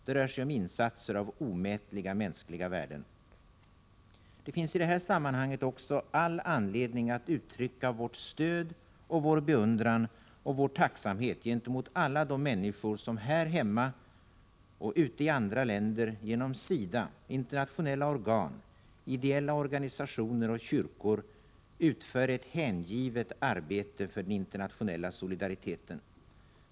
Det rör sig om insatser av omätliga mänskliga värden. Det finns i det här sammanhanget också all anledning att uttrycka vårt stöd, vår beundran och vår tacksamhet gentemot alla de människor som här hemma och ute i andra länder genom SIDA, internationella organ, ideella organisationer och kyrkor utför ett hängivet arbete för den internationella solidariteten.